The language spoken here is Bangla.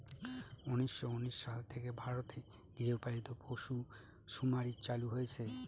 উনিশশো উনিশ সাল থেকে ভারতে গৃহপালিত পশুসুমারী চালু হয়েছে